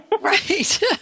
Right